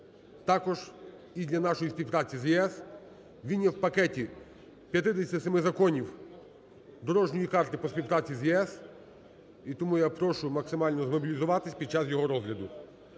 також і для нашої співпраці є ЄС. Він є в пакеті 57 законів дорожньої карти по співпраці з ЄС. І тому я прошу максимально змобілізуватись під час його розгляду.